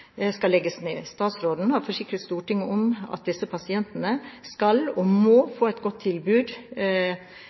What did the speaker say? skal legges ned. Statsråden har forsikret Stortinget om at disse pasientene skal og må få et godt tilbud